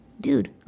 dude